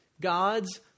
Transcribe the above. God's